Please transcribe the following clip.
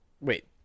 wait